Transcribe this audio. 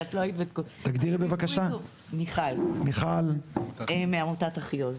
מיכל מעמותת אחיעוז.